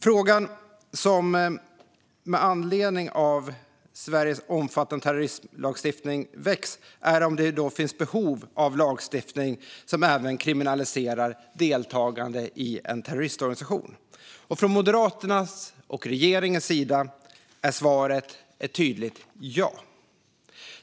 Frågan som väcks med anledning av Sveriges omfattande terroristlagstiftning är om det finns behov av lagstiftning som även kriminaliserar deltagande i terroristorganisation. Från Moderaternas och regeringens sida är svaret ett tydligt ja.